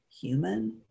human